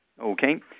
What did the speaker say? Okay